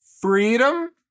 freedom